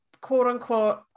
quote-unquote